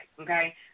okay